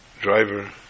driver